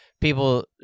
people